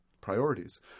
priorities